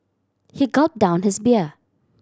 he gulp down his beer